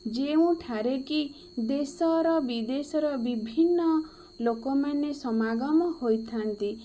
ଯେଉଁଠାରେ କି ଦେଶର ବିଦେଶର ବିଭିନ୍ନ ଲୋକମାନେ ସମାଗମ ହୋଇଥାନ୍ତି